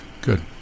good